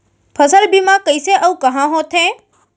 फसल बीमा कइसे अऊ कहाँ होथे?